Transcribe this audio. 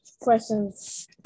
questions